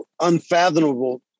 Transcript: unfathomable